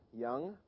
Young